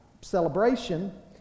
celebration